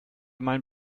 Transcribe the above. meinen